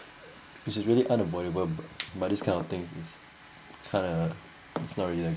which is really unavoidable but this kind of things is kind a it's not really